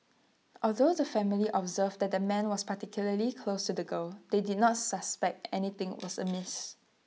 although the family observed that the man was particularly close the girl they did not suspect anything was amiss